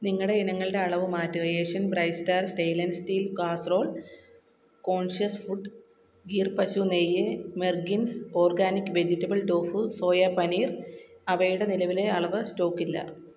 നിങ്ങളുടെ ഇനങ്ങളുടെ അളവ് മാറ്റുക ഏഷ്യൻ ബ്രൈസ്റ്റ് star stainless steel casserole conscious food Gir പശു നെയ്യ് മെർഗിൻസ് organic vegetable tofu soya paneer അവയുടെ നിലവിലെ അളവ് സ്റ്റോക്കില്ല